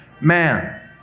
man